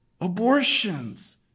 abortions